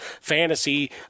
Fantasy